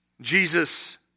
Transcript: Jesus